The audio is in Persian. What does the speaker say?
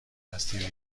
دستی